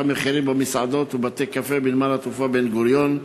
המחירים במסעדות ובבתי-קפה בנמל-התעופה בן-גוריון.